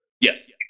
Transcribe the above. Yes